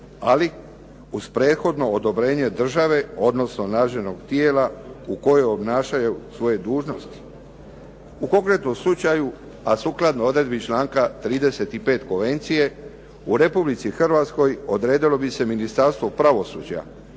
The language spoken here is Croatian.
ali uz prethodno odobrenje države odnosno nadležnog tijela u kojoj obnašaju svoje dužnosti. U konkretnom slučaju a sukladno odredbi članka 35. konvencije u Republici Hrvatskoj odredilo bi se Ministarstvo pravosuđa